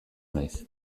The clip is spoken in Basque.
naiz